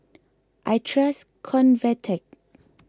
I trust Convatec